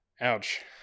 ouch